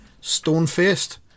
stone-faced